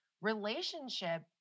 relationship